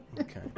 Okay